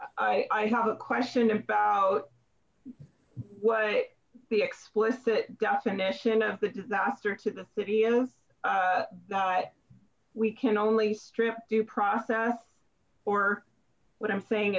i have a question about what the explicit definition of the disaster to the city is that we can only strip due process or what i'm saying